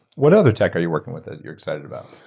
what other tech are you working with that you're excited about?